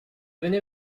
venait